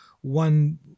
one